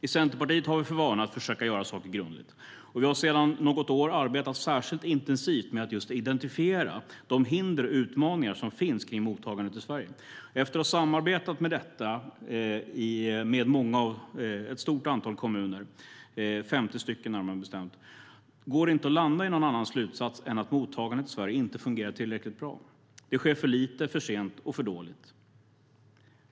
I Centerpartiet har vi för vana att försöka göra saker grundligt. Vi har sedan något år arbetat särskilt intensivt med att just identifiera de hinder och utmaningar som finns kring mottagandet i Sverige. Efter att ha samarbetat med detta i ett stort antal kommuner, närmare bestämt 50, går det inte att landa i någon annan slutats än att mottagandet i Sverige inte fungerar tillräckligt bra. Det sker för lite, för sent och för dåligt.